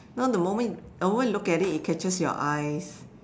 no the moment the moment you look at it it catches your eyes